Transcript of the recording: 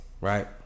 right